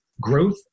growth